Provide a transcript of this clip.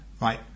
Right